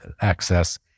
access